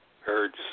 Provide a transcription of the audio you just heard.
heard